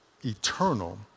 Eternal